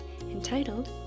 entitled